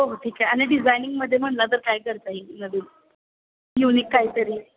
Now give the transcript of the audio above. हो ठीक आहे आणि डिझायनिंगमध्ये म्हणाला तर काय करता येईल नवीन युनिक काय तरी